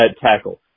tackle